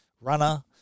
runner